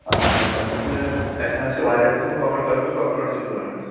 اَہَن حظ اَسہِ اَسہِ حظ چھِ واریاہ قٕسمہٕ کۄکر تۄہہِ کُس کۄکَر چھُ ضروٗرت